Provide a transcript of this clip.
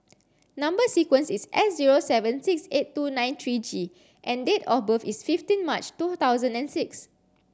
number sequence is S zero seven six eight two nine three G and date of birth is fifteen March two thousand and six